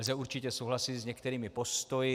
Lze určitě souhlasit i s některými postoji.